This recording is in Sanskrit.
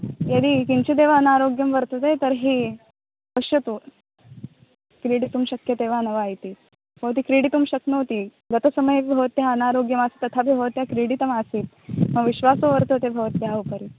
यदि किञ्चिदेव अनारोग्यं वर्तते तर्हि पश्यतु क्रीडितुं शक्यते वा न वा इति भवती क्रीडितुं शक्नोति गतसमये अपि भवत्याः अनारोग्यमासीत् तथापि भवत्या क्रीडितमासीत् मम विश्वासः वर्तते भवत्याः उपरि